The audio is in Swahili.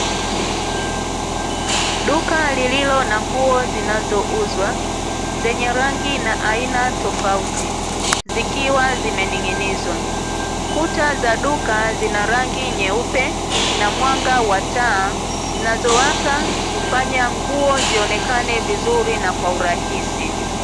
Duka lililo na nguo zinazo uzwa, zenye rangi na aina tofauti. Zikiwa zime ning'inizwa, kuta za duka zina rangi nyeupe na mwanga wa taa zinazo waka, hufanya nguo zionekane vizuri na kwa urahisi.